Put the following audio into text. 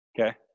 Okay